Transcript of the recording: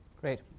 Great